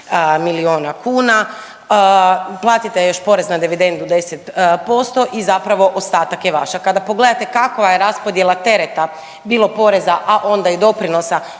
milijuna kuna, platite još porez na dividendu 10% i zapravo, ostatak je vaš, a kada pogledate kakva je raspodjela tereta, bilo poreza, a onda i doprinosa